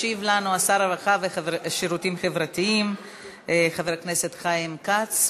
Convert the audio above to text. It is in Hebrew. ישיב לנו שר הרווחה והשירותים החברתיים חבר הכנסת חיים כץ.